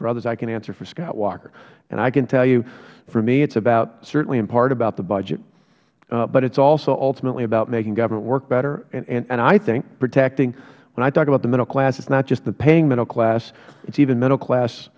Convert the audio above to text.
for others i can answer for scott walker and i can tell you for me it is about certainly in part about the budget but it is also ultimately about making government work better and i think protecting when i talk about the middle class it is not just the paying middle class it is even middle class